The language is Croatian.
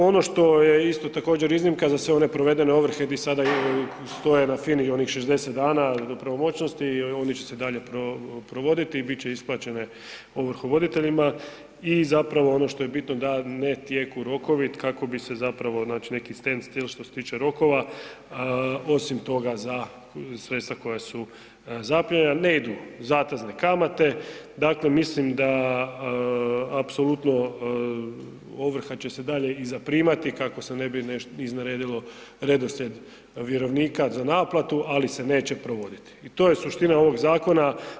Ono što je također isto iznimka za sve one provedene ovrhe gdje sada stoje na FINI i onih 60 dana do pravomoćnosti, oni će se i dalje provoditi i bit će isplaćene ovrhovoditeljima i zapravo ono što je bitno da ne teku rokovi kako bi se zapravo znači neki stand stil što se tiče rokova, osim toga za sredstva koja su zaplijenjena ne idu zatezne kamate, dakle mislim da apsolutno ovrha će se i dalje zaprimati kako se ne bi nešto izneredilo redoslijed vjerovnika za naplatu, ali se neće provoditi i to je suština ovog zakona.